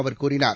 அவர் கூறினார்